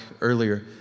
earlier